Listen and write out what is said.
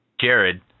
Jared